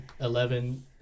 Eleven